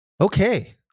Okay